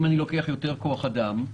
אם אני לוקח יותר כוח אדם,